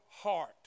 heart